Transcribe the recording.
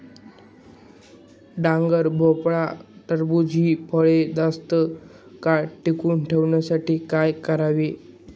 डांगर, भोपळा, टरबूज हि फळे जास्त काळ टिकवून ठेवण्यासाठी काय करावे?